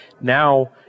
Now